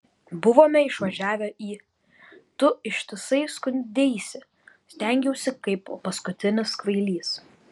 buvome išvažiavę į tu ištisai skundeisi stengiausi kaip paskutinis kvailys